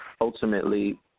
ultimately